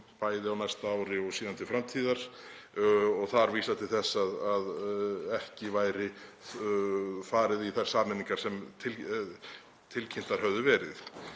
á næsta ári“ og síðan til framtíðar og vísaði til þess að ekki yrði farið í þær sameiningar sem tilkynntar höfðu verið.